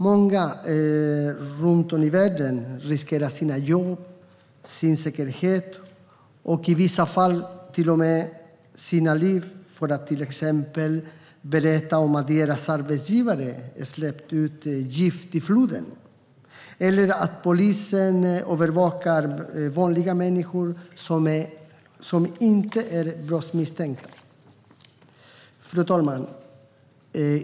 Många runt om i världen riskerar sitt jobb, sin säkerhet och i vissa fall till och med sitt liv för att till exempel berätta om att deras arbetsgivare släppt ut gift i floden eller att polisen övervakar vanliga människor som inte är brottsmisstänkta. Fru talman!